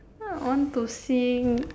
I want to sing